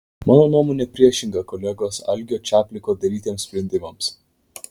mano nuomonė priešinga kolegos algio čapliko darytiems sprendimams